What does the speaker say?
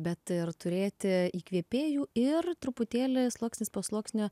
bet ir turėti įkvėpėjų ir truputėlį sluoksnis po sluoksnio